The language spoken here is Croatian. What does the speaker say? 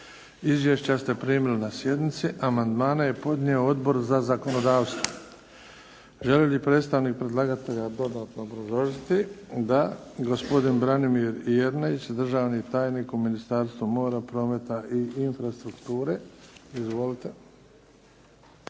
Izvješća ste primili na sjednici. Amandmane je podnio Odbor za zakonodavstvo. Želi li predstavnik predlagatelja dodatno obrazložiti? Da. Gospodin Branimir Jerneić državni tajnik u Ministarstvu mora, prometa i infrastrukture. Izvolite.